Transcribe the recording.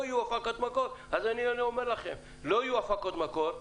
לא יהיו הפקות מקור אז אני אומר לכם: לא יהיו הפקות מקור,